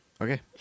okay